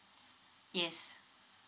yes